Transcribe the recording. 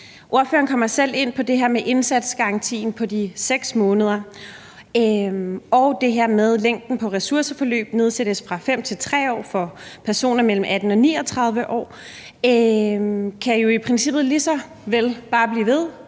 Ordføreren kommer selv ind på det her med indsatsgarantien på de 6 måneder og det her med, at længden på ressourceforløb nedsættes fra 5 til 3 år, for personer mellem 18 og 39 år kan jo i princippet lige så vel bare blive ved